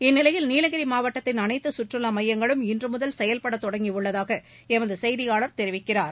இந்நிலையில் நீலகிரி மாவட்டத்தின் அனைத்து சுற்றுலா மையங்களும் இன்று முதல் செயல்பட தொடங்கியுள்ளதாக எமது செய்தியாளர் தெரிவிக்கிறார்